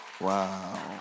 Wow